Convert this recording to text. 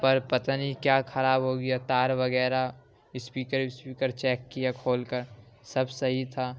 پر پتہ نہیں کیا کھراب ہوگیا تار وغیرہ اسپیکر وسپیکر چیک کیا کھول کر سب صحیح تھا